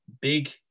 Big